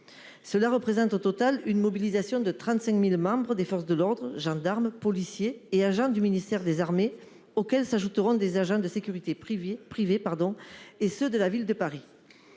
Cela représente au total une mobilisation de 35.000 membres des forces de l'ordre, gendarmes, policiers et agents du ministère des Armées, auxquels s'ajouteront des agents de sécurité privés privée pardon et ceux de la ville de Paris.